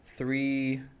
Three